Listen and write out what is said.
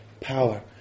power